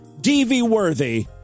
DV-worthy